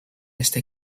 este